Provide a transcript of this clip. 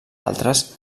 altres